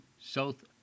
South